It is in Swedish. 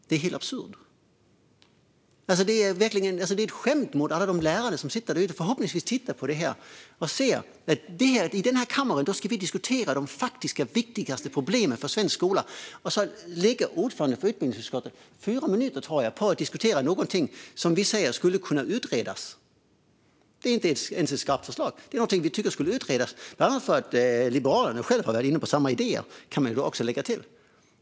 Det är helt absurt. Det är ett skämt gentemot alla de lärare som sitter där ute och som förhoppningsvis tittar på detta. I denna kammare ska vi diskutera de faktiska och viktigaste problemen för svensk skola. Då lägger ordföranden för utbildningsutskottet fyra minuter, tror jag, på att diskutera något som vi säger skulle kunna utredas. Det är inte ens ett skarpt förslag. Detta är något som vi tycker skulle utredas. Liberalerna har själva varit inne på samma idéer, kan man lägga till.